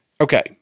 okay